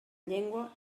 llengua